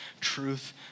truth